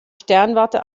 sternwarte